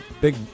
big